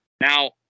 Now